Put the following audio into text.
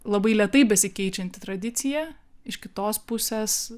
labai lėtai besikeičianti tradicija iš kitos pusės